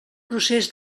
procés